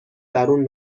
درون